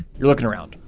you're looking around.